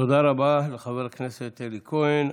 תודה רבה לחבר הכנסת אלי כהן.